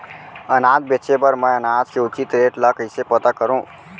अनाज बेचे बर मैं अनाज के उचित रेट ल कइसे पता करो?